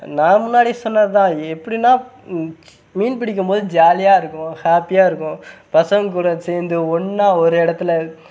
நான் முன்னாடி சொன்னதுதான் எப்படின்னா மீன் பிடிக்கும்போது ஜாலியாக இருக்கும் ஹேப்பியாக இருக்கும் பசங்கள்கூட சேர்ந்து ஒன்றா ஒரு இடத்துல